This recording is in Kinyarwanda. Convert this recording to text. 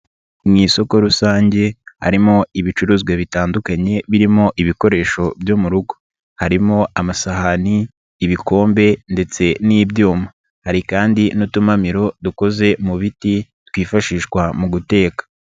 Mu isoko rusange harimo ibicuruzwa bitandukanye birimo ibikoresho byo mu rugo harimo: amasahani, ibikombe ndetse n'ibyuma, hari kandi n'utumamiro dukoze mu biti twifashishwa mu guteka.